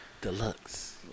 Deluxe